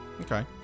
Okay